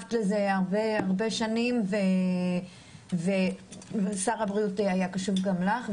דחפת לזה הרבה שנים, ושר הבריאות היה קשוב גם לך.